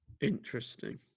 Interesting